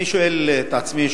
אני שואל את עצמי,